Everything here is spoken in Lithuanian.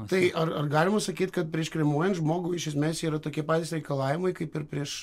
tai ar ar galima sakyt kad prieš kremuojant žmogų iš esmės yra tokie patys reikalavimai kaip ir prieš